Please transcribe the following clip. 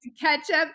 Ketchup